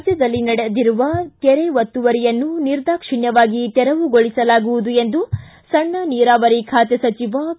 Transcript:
ರಾಜ್ಯದಲ್ಲಿ ನಡೆದಿರುವ ಕೆರೆ ಒತ್ತುವರಿಯನ್ನು ನಿರ್ಧಾಕ್ಷಿಣ್ಯವಾಗಿ ತೆರವುಗೊಳಿಸಲಾಗುವುದು ಎಂದು ಸಣ್ಣ ನೀರಾವರಿ ಖಾತೆ ಸಚಿವ ಕೆ